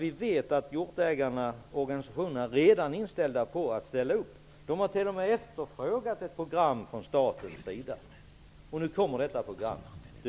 Vi vet att hjortägarna och organisationerna redan är inställda på att ställa upp. De har t.o.m. efterfrågat ett program från statens sida. Nu kommer detta program. Det